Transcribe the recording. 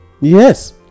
Yes